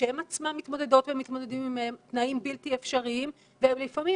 שהם עצמם מתמודדות ומתמודדים עם תנאים בלתי אפשריים ולפעמים,